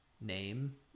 name